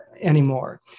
anymore